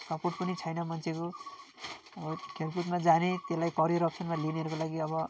support पनि छैन मान्छेको अब खेलकुदमा जाने त्यसलाई करियर अप्सनमा लिनेहरूको लागि अब